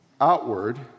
outward